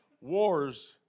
wars